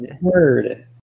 word